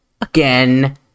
again